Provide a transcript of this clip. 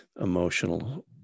emotional